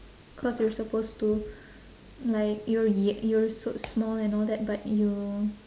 cause you're supposed to like you're y~ you're so small and all that but you